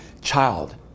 child